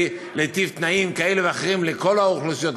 להיטיב תנאים כאלה ואחרים לכל האוכלוסיות,